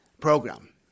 Program